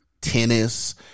tennis